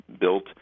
built